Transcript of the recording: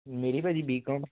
ਮੇਰੀ ਭਾਅ ਜੀ ਬੀਕੌਮ